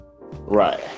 right